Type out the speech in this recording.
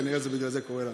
כנראה בגלל זה זה קורה לנו.